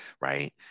right